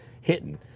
hitting